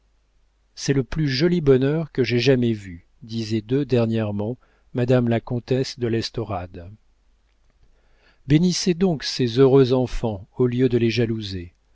c'est le plus joli bonheur que j'aie jamais vu disait d'eux dernièrement madame la comtesse de l'estorade bénissez donc ces heureux enfants au lieu de les jalouser